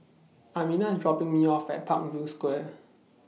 Amina IS dropping Me off At Parkview Square